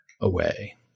away